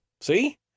See